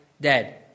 dead